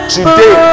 today